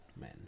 men